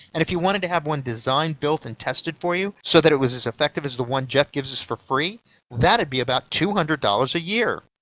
and if you wanted to have one designed, built and tested for you so that it was as effective as the one jeff gives us for free that'd be about two hundred dollars a year.